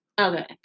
Okay